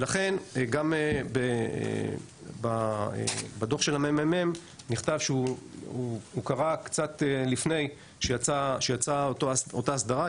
ולכן גם בדוח של הממ"מ נכתב שהוא קרה קצת לפני שיצאה אותה הסדרה,